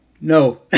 No